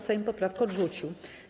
Sejm poprawkę odrzucił.